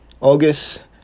August